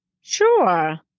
Sure